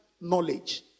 knowledge